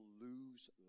lose